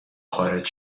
خارج